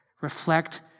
reflect